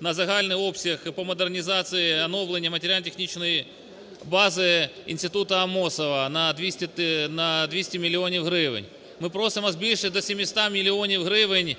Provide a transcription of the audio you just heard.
на загальний обсяг і по модернізації оновлення матеріально-технічної бази інституту Амосова на 200 мільйонів гривень. Ми просимо збільшити до 700 мільйонів гривень